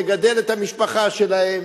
לגדל את המשפחה שלהם?